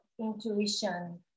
intuition